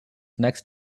next